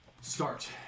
start